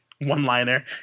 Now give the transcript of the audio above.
one-liner